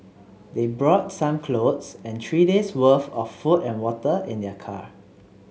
they brought some clothes and three days' worth of food and water in their car